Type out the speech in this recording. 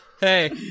hey